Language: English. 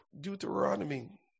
Deuteronomy